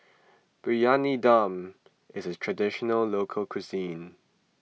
Briyani Dum is a Traditional Local Cuisine